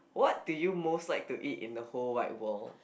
what do you most like to eat in the whole wide world